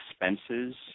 expenses